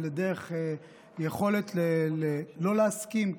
ליכולת לא להסכים,